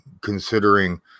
considering